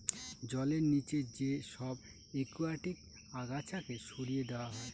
জলের নিচে যে সব একুয়াটিক আগাছাকে সরিয়ে দেওয়া হয়